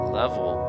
level